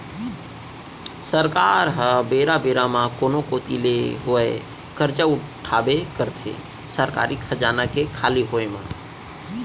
सरकार ह बेरा बेरा म कोनो कोती ले होवय करजा उठाबे करथे सरकारी खजाना के खाली होय म